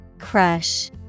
Crush